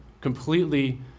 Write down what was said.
completely